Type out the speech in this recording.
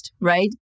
right